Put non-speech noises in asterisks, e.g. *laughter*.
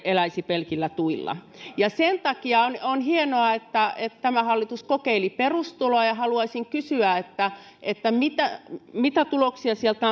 eläisi pelkillä tuilla sen takia on on hienoa että että tämä hallitus kokeili perustuloa ja haluaisin kysyä mitä mitä tuloksia sieltä *unintelligible*